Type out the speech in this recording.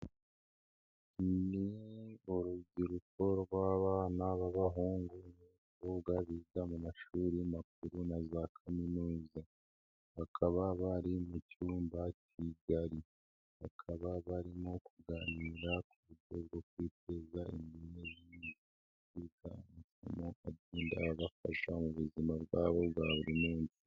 Ni urubyiruko rw'abana b'abahungu n'abakobwa biga mu mashuri makuru na za kaminuza, bakaba bari mu cyumba cya kaminuza, bakaba barimo kuganira ku buryo bwo kwiteza imbere, bakaba bari guhabwa amahugurwa agenda abafasha mu buzima bwabo bwa buri munsi.